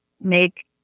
make